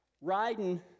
riding